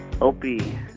Opie